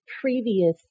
previous